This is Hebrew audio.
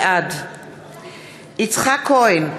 בעד יצחק כהן,